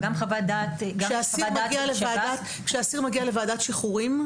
כשאסיר מגיע לוועדת שחרורים?